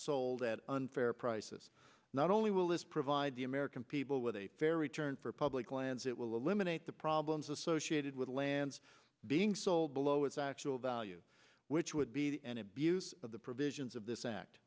sold at unfair prices not only will this provide the american people with a fair return for public lands it will eliminate the problems associated with lands being sold below its actual value which would be an abuse of the provisions of this act